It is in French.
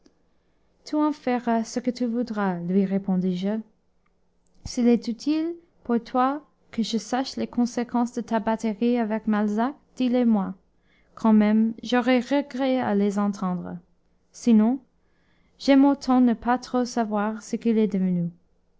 tu en feras ce que tu voudras lui répondis-je s'il est utile pour toi que je sache les conséquences de ta batterie avec malzac dis les moi quand même j'aurais regret à les entendre sinon j'aime autant ne pas trop savoir ce qu'il est devenu